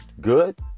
good